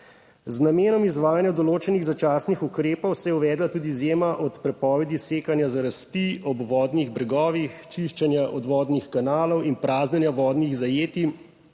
z namenom izvajanja določenih začasnih ukrepov se je uvedla tudi izjema od prepovedi sekanja za rasti ob vodnih bregovih, čiščenja od vodnih kanalov in praznjenja vodnih zajetij